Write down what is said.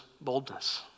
boldness